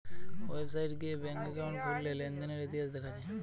website গিয়ে bank account খুললে লেনদেনের ইতিহাস দেখা যায়